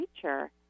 creature